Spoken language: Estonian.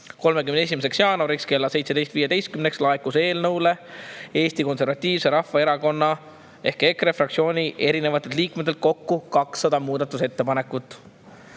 31. jaanuariks kella 17.15-ks laekus eelnõu kohta Eesti Konservatiivse Rahvaerakonna ehk EKRE fraktsiooni erinevatelt liikmetelt kokku 200 muudatusettepanekut.